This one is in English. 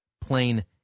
Plain